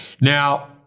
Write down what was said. Now